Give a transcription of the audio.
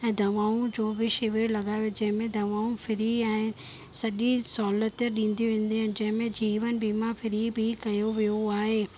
ऐं दवाऊं जो बि शिविर लॻायो वेंदो जंहिंमें दवाऊं फ्री आहिनि सॼी सहुलत ॾिनी वेंदियूं आहिनि जंहिंमें जीवन वीमा फ्री बि कयो वियो आहे